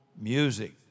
music